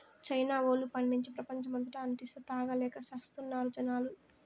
China వోల్లు పండించి, ప్రపంచమంతటా అంటిస్తే, తాగలేక చస్తున్నారు జనాలు